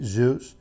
Zeus